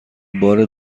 بار